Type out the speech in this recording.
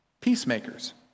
peacemakers